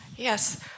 Yes